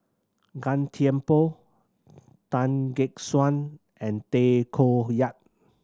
Gan Thiam Poh Tan Gek Suan and Tay Koh Yat